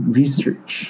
research